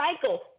cycle